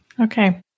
Okay